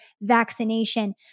vaccination